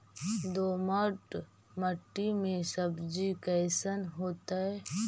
दोमट मट्टी में सब्जी कैसन होतै?